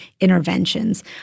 interventions